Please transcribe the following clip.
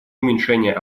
уменьшение